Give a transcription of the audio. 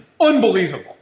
Unbelievable